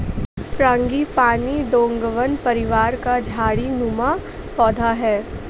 frangipani डोंगवन परिवार का झाड़ी नुमा पौधा है